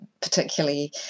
particularly